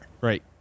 Right